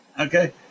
Okay